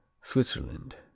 Switzerland